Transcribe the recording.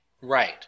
right